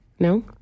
No